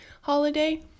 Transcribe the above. holiday